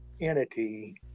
entity